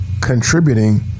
contributing